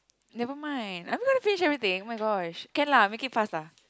never mind I'm not gonna finish everything oh-my-gosh can lah make it fast lah